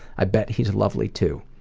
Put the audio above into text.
i bet he's lovely, too.